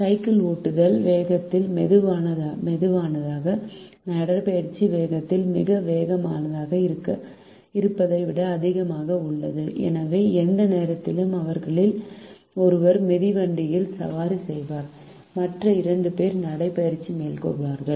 cycle ஓட்டுதல் வேகத்தில் மெதுவானது நடைபயிற்சி வேகத்தில் மிக வேகமாக இருப்பதை விட அதிகமாக உள்ளது எனவே எந்த நேரத்திலும் அவர்களில் ஒருவர் மிதிவண்டியில் சவாரி செய்வார் மற்ற 2 பேர் நடைபயிற்சி மேற்கொள்வார்கள்